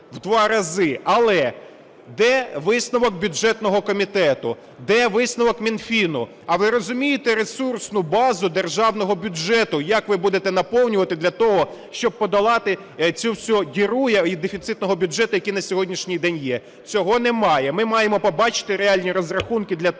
в 2 рази. Але де висновок бюджетного комітету, де висновок Мінфіну? А ви розумієте ресурсну базу державного бюджету, як ви будете наповнювати для того, щоб подолати цю всю діру дефіцитного бюджету, який на сьогоднішній день є? Цього немає. Ми маємо побачити реальні розрахунки для того,